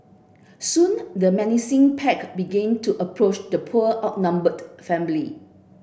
soon the menacing pack began to approach the poor outnumbered family